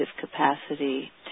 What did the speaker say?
capacity